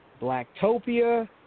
Blacktopia